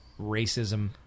racism